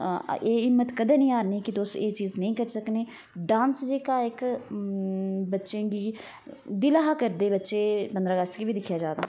एह् हिम्मत कदें नी हारनी की तुस एह् चीज कदें नी करी सकने डांस जेह्का एक्क बच्चें गी दिलां करदे रौह्चै पंदरां अगस्त गी बी दिक्खेआ जा तां